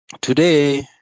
Today